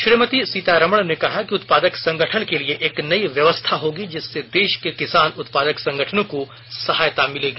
श्रीमती सीतारमन ने कहा कि उत्पादक संगठन के लिए एक नयी व्यवस्था होगी जिससे देश के किसान उत्पादक संगठनों को सहायता मिलेगी